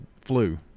flu